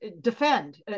defend